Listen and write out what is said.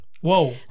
whoa